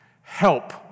Help